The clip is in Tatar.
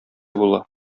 була